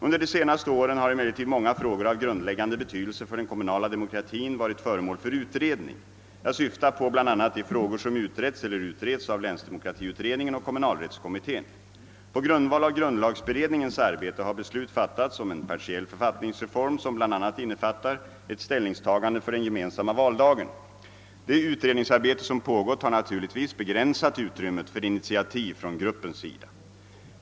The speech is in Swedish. Under de senaste åren har emellertid många frågor av grundläggande betydelse för den kommunala demokratin varit föremål för utredning. Jag syftar på bl.a. de frågor som utretts eiler utreds av länsdemokratiutredningen och kommunalrättskommittén. På grundval av grundlagberedningens arbete har beslut fattats om en partiell författningsreform som bl a. innefattar ett ställningstagande för den gemensamma valdagen. Det utredningsarbete som pågått har naturligtvis begränsat utrymmet för initiativ från gruppens sida.